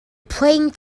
praying